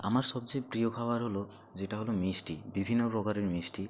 আমার সবচেয়ে প্রিয় খাবার হলো যেটা হলো মিষ্টি বিভিন্ন প্রকারের মিষ্টি